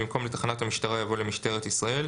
אחרי "כלי הירייה" יבוא "או דמוי כלי הירייה",